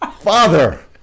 Father